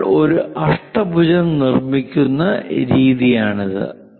നമ്മൾ ഒരു അഷ്ടഭുജം നിർമ്മിക്കുന്ന രീതിയാണിത്